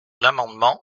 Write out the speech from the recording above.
l’amendement